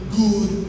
good